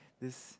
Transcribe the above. this